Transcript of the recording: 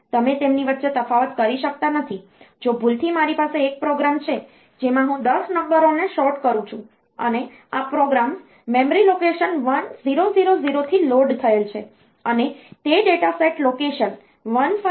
તમે તેમની વચ્ચે તફાવત કરી શકતા નથી જો ભૂલથી મારી પાસે એક પ્રોગ્રામ છે જેમાં હું 10 નંબરોને સૉર્ટ કરું છું અને આ પ્રોગ્રામ્સ મેમરી લોકેશન 1000 થી લોડ થયેલ છે અને તે ડેટા સેટ લોકેશન 1500 થી આગળ છે